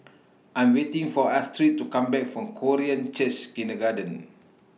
I'm waiting For Astrid to Come Back from Korean Church Kindergarten